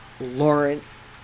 Lawrence